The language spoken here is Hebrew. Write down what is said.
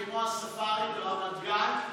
כמו הספארי ברמת גן,